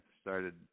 started